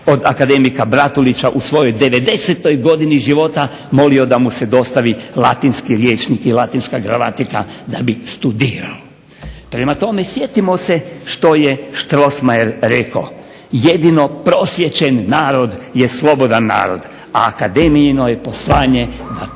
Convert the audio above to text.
od akademika Bratulića u svojoj 90. godini života molio da mu se dostavi latinski rječnik i latinska gramatika da bi studirao. Prema tome sjetimo se što je Strossmayer rekao, jedino prosvijećen narod je slobodan narod, a Akademijino je poslanje da to